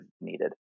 needed